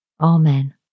Amen